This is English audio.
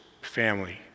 family